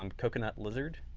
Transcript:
um coconut lizard,